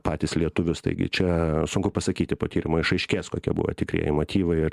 patys lietuvius taigi čia sunku pasakyti po tyrimo išaiškės kokie buvo tikrieji motyvai ir